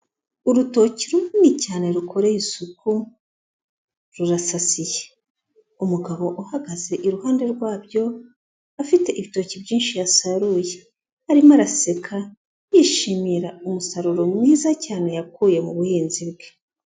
Urutoki runini cyane rukoreye isuku, rurasasiye, umugabo uhagaze iruhande rwabyo afite ibitoki byinshi yasaruye, arimo araseka, yishimira umusaruro mwiza cyane yakuye mu buhinzi bwe.